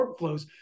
workflows